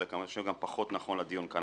אז אני חושב שזה גם פחות נכון לדיון כאן,